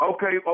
Okay